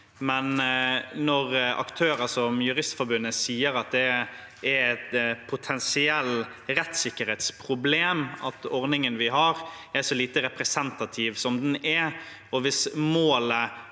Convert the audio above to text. men når aktører som Juristforbundet sier at det er et potensielt rettssikkerhetsproblem at ordningen vi har, er så lite representativ som den er, og hvis målet